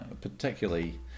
Particularly